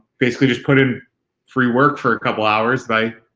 basically, just put in free work for a couple hours by